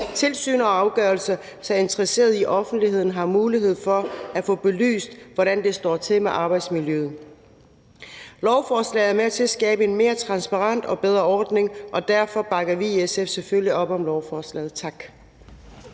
tilsyn og afgørelser, sådan at interesserede i offentligheden har mulighed for at få belyst, hvordan det står til med arbejdsmiljøet. Lovforslaget er med til at skabe en mere transparent og bedre ordning, og derfor bakker vi i SF selvfølgelig op om lovforslaget. Tak.